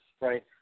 right